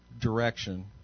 direction